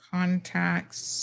Contacts